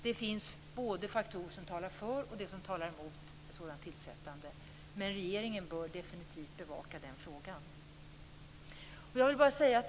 Det finns både faktorer som talar för och faktorer som talar mot ett sådant tillsättande, men regeringen bör definitivt bevaka den frågan.